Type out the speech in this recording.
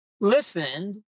listened